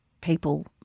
people